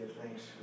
thanks